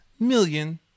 million